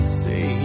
say